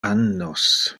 annos